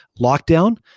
lockdown